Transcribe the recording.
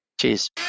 Cheers